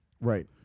Right